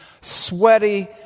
sweaty